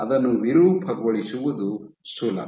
ಅದನ್ನು ವಿರೂಪಗೊಳಿಸುವುದು ಸುಲಭ